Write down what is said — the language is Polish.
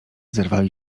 zerwali